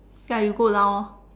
ya you go down lor